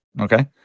Okay